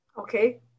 Okay